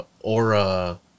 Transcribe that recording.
aura